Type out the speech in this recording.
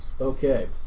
Okay